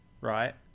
right